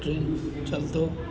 trend ચાલતો